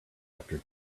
after